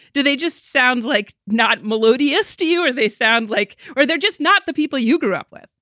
do they just sound like not melodious to you or they sound like or they're just not the people you grew up with?